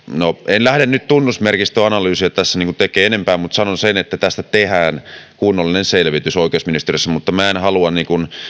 en lähde nyt tunnusmerkistöanalyysiä tässä tekemään enempää mutta sanon sen että tästä tehdään kunnollinen selvitys oikeusministeriössä mutta minä en halua